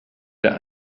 der